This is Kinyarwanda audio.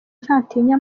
ntatinya